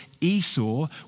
Esau